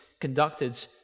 conducted